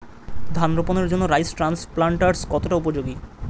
ধান রোপণের জন্য রাইস ট্রান্সপ্লান্টারস্ কতটা উপযোগী?